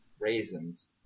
raisins